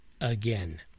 again